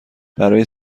برای